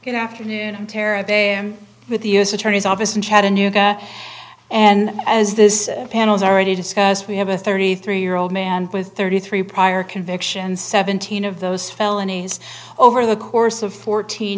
good afternoon i'm terrible with the u s attorney's office in chattanooga and as this panel's already discussed we have a thirty three year old man with thirty three prior convictions seventeen of those felonies over the course of fourteen